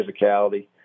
physicality